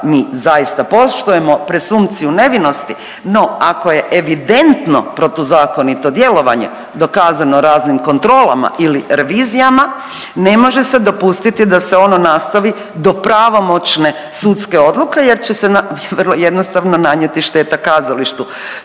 mi zaista poštujemo presumpciju nevinosti, no ako je evidentno protuzakonito djelovanje dokazano raznim kontrolama ili revizijama, ne može se dopustiti da se ono nastavi do pravomoćne sudske odluke jer će se, vrlo jednostavno, nanijeti šteta kazalištu.